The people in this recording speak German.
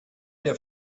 der